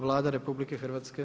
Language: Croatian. Vlada RH?